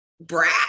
brat